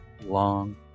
long